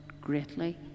greatly